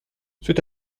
c’est